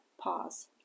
Pause